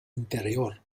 interior